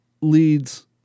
leads –